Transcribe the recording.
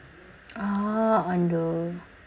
ah undo